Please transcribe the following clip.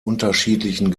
unterschiedlichen